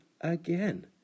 again